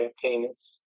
payments